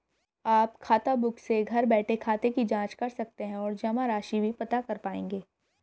आप खाताबुक से घर बैठे खाते की जांच कर सकते हैं और जमा राशि भी पता कर पाएंगे